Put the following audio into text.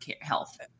health